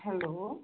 hello